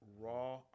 raw